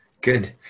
Good